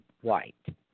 White